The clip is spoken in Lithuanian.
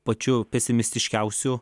pačiu pesimistiškiausiu